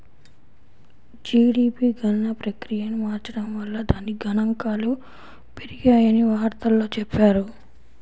GDP గణన ప్రక్రియను మార్చడం వల్ల దాని గణాంకాలు పెరిగాయని వార్తల్లో చెప్పారు